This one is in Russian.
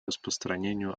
распространению